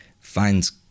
finds